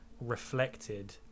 reflected